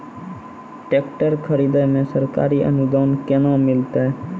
Tractor खरीदै मे सरकारी अनुदान केना मिलतै?